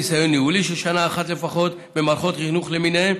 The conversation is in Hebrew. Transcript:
ניסיון ניהולי של שנה אחת לפחות במערכות החינוך למיניהן,